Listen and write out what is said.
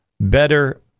better